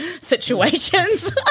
situations